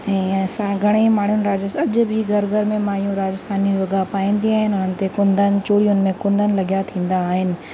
ऐं असां घणेई माण्हू राजस अॼ बि घर घर में मायूं राजस्थानी वॻा पाईंदी आहिनि हुते कुंदन चुड़ियुनि में कुंदन लॻिया थींदा आहिनि